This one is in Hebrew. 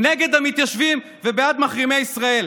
נגד המתיישבים ובעד מחרימי ישראל,